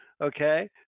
Okay